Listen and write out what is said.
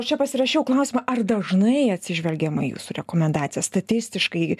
aš čia pasirašiau klausimą ar dažnai atsižvelgiama į jūsų rekomendacijas statistiškai